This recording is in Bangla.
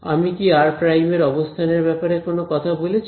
আমি কি r এর অবস্থানের ব্যাপারে কোন কথা বলেছি